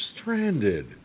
stranded